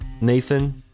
Nathan